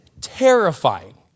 terrifying